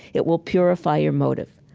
it will purify your motive.